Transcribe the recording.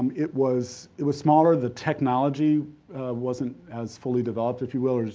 it was it was smaller, the technology wasn't as fully developed, if you will,